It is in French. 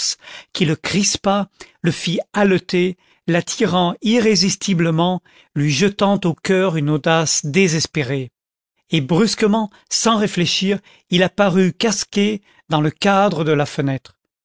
qui le crispa le fit haleter l'attirant irrésistiblement lui jetant au coeur une audace désespérée et brusquement sans réfléchir il apparut casqué dans le cadre de la fenêtre